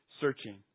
searching